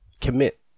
commit